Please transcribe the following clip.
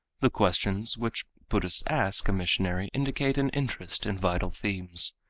the questions which buddhists ask a missionary indicate an interest in vital themes.